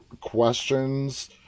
questions